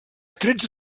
tretze